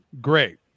great